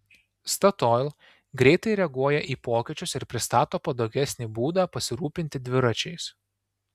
statoil greitai reaguoja į pokyčius ir pristato patogesnį būdą pasirūpinti dviračiais